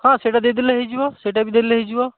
ହଁ ସେଇଟା ଦେଇଦେଲେ ହେଇଯିବ ସେଇଟା ବି ଦେଲେ ହେଇଯିବ